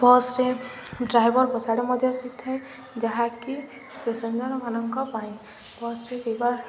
ବସ୍ରେ ଡ୍ରାଇଭର ପଛଆଡ଼େ ମଧ୍ୟ ସିଟ୍ ଥାଏ ଯାହାକି ପେସେଞ୍ଜରମାନଙ୍କ ପାଇଁ ବସ୍ରେ ଯିବା